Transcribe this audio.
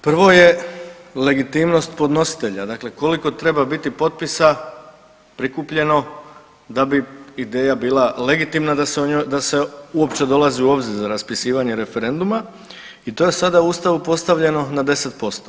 Prvo je legitimnost podnositelja, dakle koliko treba biti potpisa prikupljeno da bi ideja bila legitimna da se uopće dolazi u obzir za raspisivanje referenduma i to je sada u Ustavu postavljeno na 10%